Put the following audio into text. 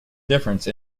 difference